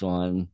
one